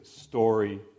story